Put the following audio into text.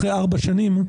אחרי ארבע או חמש שנים,